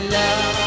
love